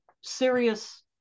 serious